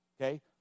okay